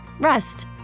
Rest